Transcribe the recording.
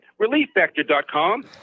ReliefFactor.com